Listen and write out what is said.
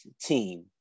team